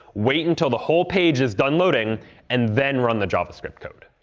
wait until the whole page is done loading and then run the javascript code.